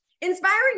inspiring